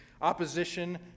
opposition